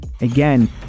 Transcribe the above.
again